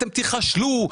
אתם תיכשלו,